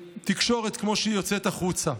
בתקשורת, כמו שהיא יוצאת החוצה.